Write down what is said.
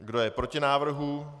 Kdo je proti návrhu?